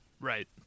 Right